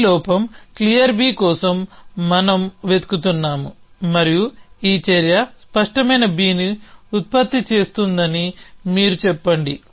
ఈ లోపం clear కోసం మనం వెతుకుతున్నాము మరియు ఈ చర్య స్పష్టమైన Bని ఉత్పత్తి చేస్తోందని మీరు చెప్పండి